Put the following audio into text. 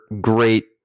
Great